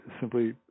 simply